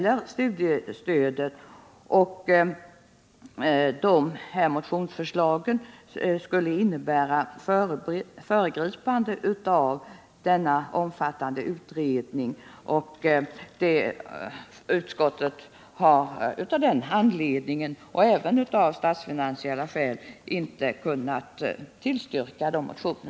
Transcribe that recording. Ett förverkligande av de här motionsförslagen skulle innebära ett föregripande av denna omfattande utredning. Utskottet har av den anledningen, och även av statsfinansiella skäl, inte kunnat tillstyrka dessa motioner.